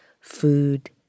food